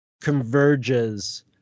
converges